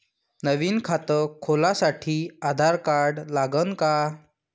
नवीन खात खोलासाठी आधार कार्ड लागन का?